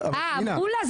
אה, אמרו לה?